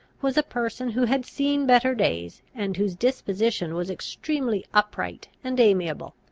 was a person who had seen better days, and whose disposition was extremely upright and amiable.